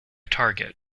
target